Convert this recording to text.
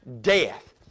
death